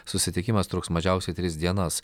susitikimas truks mažiausiai tris dienas